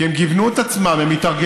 כי הן גיוונו את עצמן, הן התארגנו,